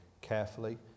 carefully